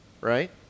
right